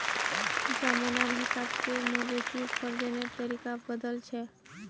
जमानार हिसाब से मवेशी प्रजननेर तरीका बदलछेक